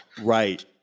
Right